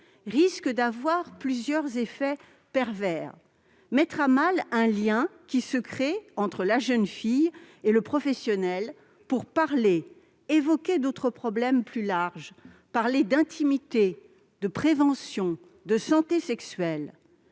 risque d'avoir plusieurs effets pervers. Cela pourra mettre à mal un lien qui se crée entre la jeune fille et le professionnel, permettant d'évoquer d'autres problèmes plus larges : l'intimité, la prévention et la santé sexuelle.